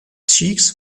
cheeks